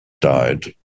died